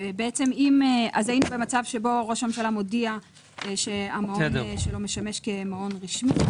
אז היינו במצב שבו ראש הממשלה מודיע שהמעון שלו משמש כמעון רשמי.